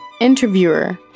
Interviewer